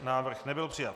Návrh nebyl přijat.